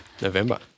November